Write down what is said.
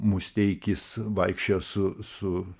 musteikis vaikščiojo su su